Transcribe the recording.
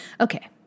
Okay